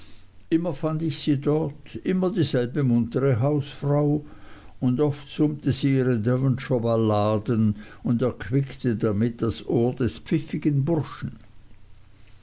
immer fand ich sie dort immer dieselbe muntere hausfrau und oft summte sie ihre devonshirer balladen und erquickte damit das ohr des pfiffigen burschen